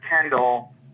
Kendall